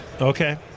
Okay